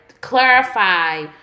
clarify